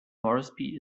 moresby